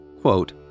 quote